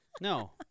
no